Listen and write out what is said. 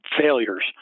failures